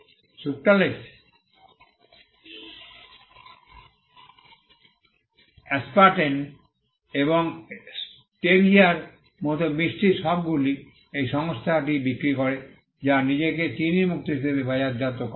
এবং sucralose aspartame এবং স্টেভিয়ার মতো মিষ্টি সবগুলিই এই সংস্থাটি বিক্রি করে যা নিজেকে চিনি মুক্ত হিসাবে বাজারজাত করে